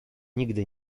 nigdy